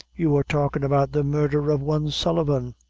you were talkin' about the murdher of one sullivan.